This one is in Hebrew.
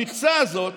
המכסה הזאת